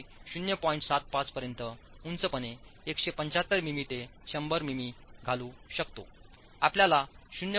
75 पर्यंत उंचपणे 175 मिमी ते 100 मिमी घालू शकतो आपल्याला 0